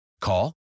Call